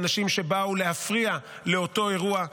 אנשים שבאו להפריע לאותו אירוע,